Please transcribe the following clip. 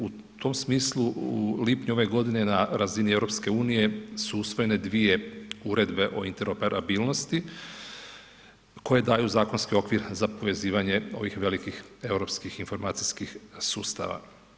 U tom smislu u lipnju ove godine na razini EU su usvojene dvije uredbe o interoperabilnosti koje daju zakonski okvir za povezivanje ovih velikih informacijskih sustava.